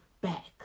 back